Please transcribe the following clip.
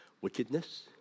wickedness